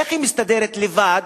איך היא מסתדרת לבד,